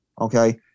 okay